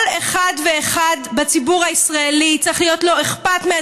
כל אחד ואחד בציבור הישראלי צריך להיות לו אכפת.